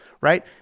right